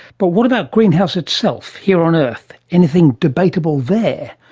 but what about greenhouse itself here on earth? anything debatable there?